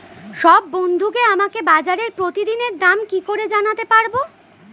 সব বন্ধুকে আমাকে বাজারের প্রতিদিনের দাম কি করে জানাতে পারবো?